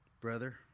brother